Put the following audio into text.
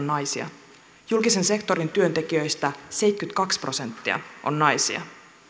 naisia julkisen sektorin työntekijöistä seitsemänkymmentäkaksi prosenttia on naisia